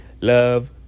love